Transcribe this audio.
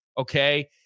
okay